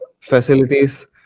facilities